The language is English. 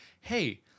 hey